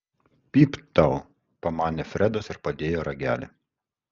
pypt tau pamanė fredas ir padėjo ragelį